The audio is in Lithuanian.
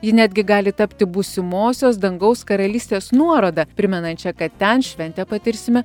ji netgi gali tapti būsimosios dangaus karalystės nuoroda primenančia kad ten šventę patirsime